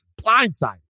blindsided